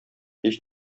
һич